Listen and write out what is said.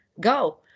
go